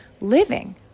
living